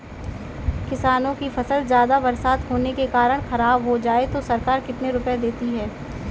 किसानों की फसल ज्यादा बरसात होने के कारण खराब हो जाए तो सरकार कितने रुपये देती है?